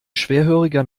schwerhöriger